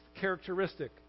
characteristic